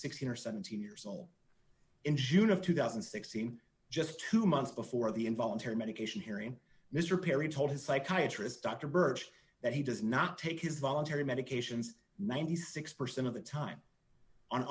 sixteen or seventeen years old in june of two thousand and sixteen just two months before the involuntary medication hearing mr perry told his psychiatry's dr birch that he does not take his voluntary medications ninety six percent of the time on